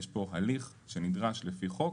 יש פה הליך שנדרש לפי חוק